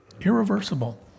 Irreversible